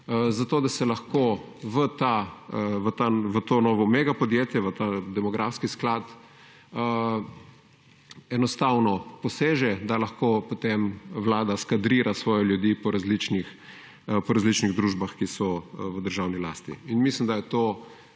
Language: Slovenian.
Zato, da se lahko v to novo mega podjetje v ta demografski sklad enostavno poseže, da lahko potem Vlada skadrira svoje ljudi po različnih družbah, ki so v državni lasti in mislim, da je to